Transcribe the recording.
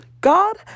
God